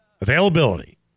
Availability